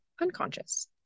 unconscious